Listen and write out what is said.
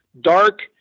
dark